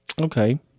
Okay